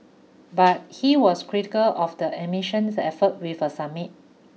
but he was critical of the admission's effort with a summit